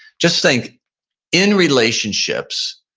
just think in relationships,